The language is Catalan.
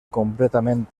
completament